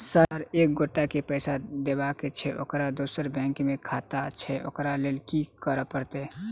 Sir एक एगोटा केँ पैसा देबाक छैय ओकर दोसर बैंक मे खाता छैय ओकरा लैल की करपरतैय?